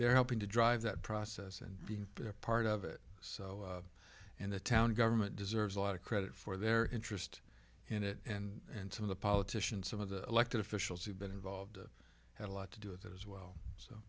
they are helping to drive that process and being a part of it so and the town government deserves a lot of credit for their interest in it and some of the politicians some of the elected officials who've been involved have a lot to do it as well so